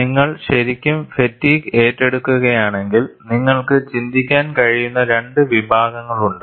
നിങ്ങൾ ശരിക്കും ഫാറ്റിഗ് ഏറ്റെടുക്കുകയാണെങ്കിൽ നിങ്ങൾക്ക് ചിന്തിക്കാൻ കഴിയുന്ന രണ്ട് വിഭാഗങ്ങളുണ്ട്